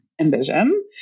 envision